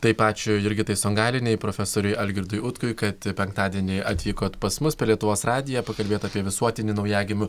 taip ačiū jurgitai songailienei profesoriui algirdui utkui kad penktadienį atvykot pas mus per lietuvos radiją pakalbėt apie visuotinį naujagimių